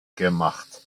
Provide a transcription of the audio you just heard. gemacht